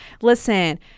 Listen